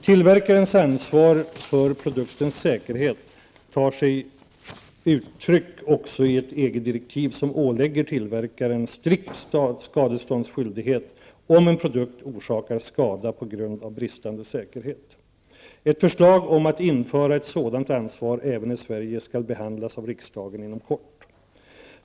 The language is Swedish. Tillverkarens ansvar för produktens säkerhet tar sig uttryck också i ett EG-direktiv, som ålägger tillverkaren strikt skadeståndsskyldighet om en produkt orsakar skada på grund av bristande säkerhet. Ett förslag om att införa ett sådant ansvar även i Sverige skall behandlas av riksdagen inom kort.